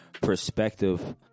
perspective